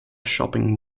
shopping